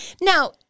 Now